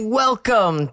welcome